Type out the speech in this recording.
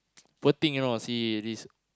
poor thing you know see this